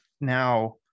Now